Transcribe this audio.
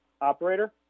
Operator